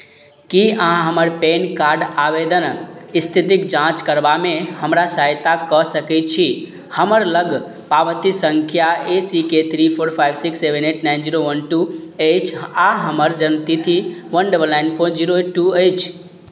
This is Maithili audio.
कि अहाँ हमर पैन कार्ड आवेदनके इस्थितिके जाँच करबामे हमरा सहायता कऽ सकै छी हमर लग पावती सँख्या A C K three four five six seven eight nine zero one two अछि आओर हमर जनमतिथि one double nine four zero eight two अछि